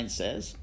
says